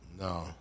No